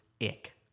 ick